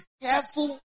careful